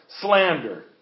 slander